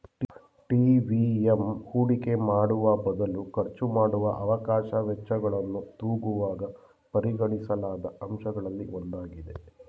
TVM ಹೂಡಿಕೆ ಮಾಡುವಬದಲು ಖರ್ಚುಮಾಡುವ ಅವಕಾಶ ವೆಚ್ಚಗಳನ್ನು ತೂಗುವಾಗ ಪರಿಗಣಿಸಲಾದ ಅಂಶಗಳಲ್ಲಿ ಒಂದಾಗಿದೆ